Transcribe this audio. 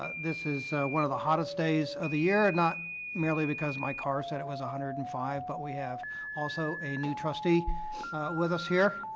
this is one of the hottest days of the year, not merely because my car says it was one hundred and five, but we have also a new trustee with us here,